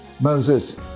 Moses